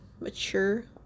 Mature